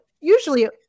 usually